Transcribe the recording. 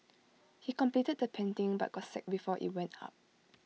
he completed the painting but got sacked before IT went up